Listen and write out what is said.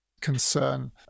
concern